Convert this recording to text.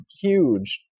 huge